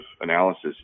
analysis